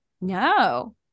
No